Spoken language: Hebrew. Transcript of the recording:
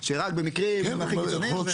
שרק במקרים הכי קיצוניים --- כן.